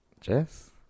Jess